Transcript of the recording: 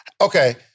okay